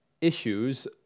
issues